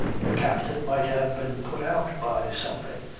the captain might have been put out by something.